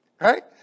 right